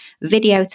video